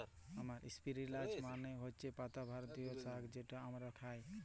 ইস্পিলাচ মালে হছে পাতা জাতীয় সাগ্ যেট আমরা খাই